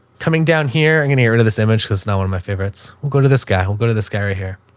coming down here, i'm gonna get rid of this image because it's not one of my favorites will go to this guy, he'll go to this guy right here.